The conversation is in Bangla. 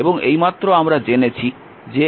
এবং এই মাত্র আমরা জেনেছি যে i v R1 R2 RN